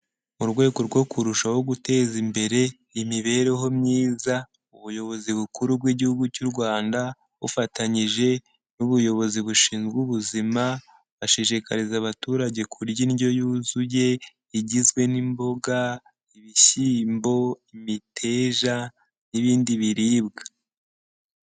Mu rwego rwo kurushaho guteza imbere imibereho myiza, ubuyobozi bukuru bw'igihugu cy'u Rwanda bufatanyije n'ubuyobozi bushinzwe ubuzima bashishikariza abaturage kurya indyo yuzuye igizwe n'imboga, ibishyimbo, imiteja n'ibindi biribwa.